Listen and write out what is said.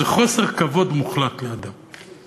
זה חוסר כבוד מוחלט לאדם.